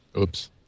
Oops